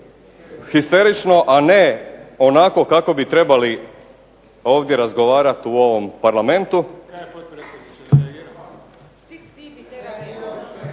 histerično, a ne onako kako bi trebali ovdje razgovarat u ovom Parlamentu.